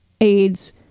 AIDS